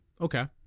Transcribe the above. Okay